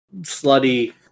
slutty